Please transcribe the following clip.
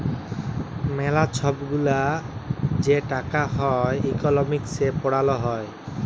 ম্যালা ছব গুলা যে টাকা হ্যয় ইকলমিক্সে পড়াল হ্যয়